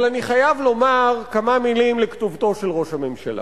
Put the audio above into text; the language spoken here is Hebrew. אבל אני חייב לומר כמה מלים לכתובתו של ראש הממשלה.